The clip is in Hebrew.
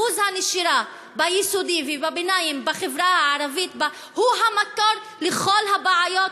אחוז הנשירה ביסודי ובחטיבת ביניים בחברה הערבית הוא המקור לכל הבעיות,